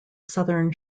southern